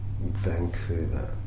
Vancouver